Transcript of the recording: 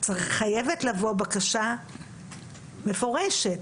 חייבת לבוא בקשה מפורשת,